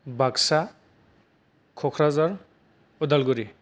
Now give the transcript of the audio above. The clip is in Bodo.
बागसा ककराझार उदालगुरि